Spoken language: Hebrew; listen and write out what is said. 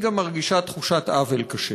אבל היא גם מרגישה תחושת עוול קשה.